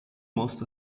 most